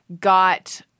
got